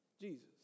Jesus